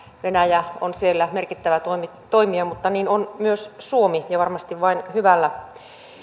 venäjä on siellä merkittävä toimija mutta niin on myös suomi ja varmasti vain hyvällä